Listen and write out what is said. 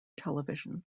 television